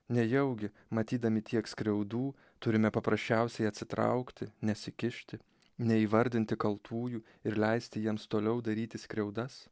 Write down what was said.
nejaugi matydami tiek skriaudų turime paprasčiausiai atsitraukti nesikišti neįvardinti kaltųjų ir leisti jiems toliau daryti skriaudas